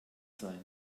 sein